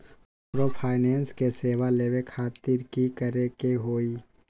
Microfinance के सेवा लेबे खातीर की करे के होई?